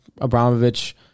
Abramovich